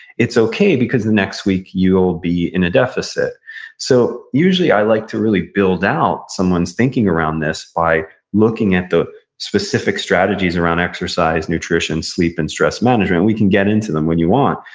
it's okay because the next week you'll be in a deficit so, usually i like to really build out someone's thinking around this by looking at the specific strategies around exercise, nutrition, sleep, and stress management, and we can get into them when you want,